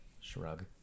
Shrug